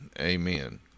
amen